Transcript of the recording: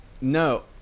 no